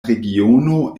regiono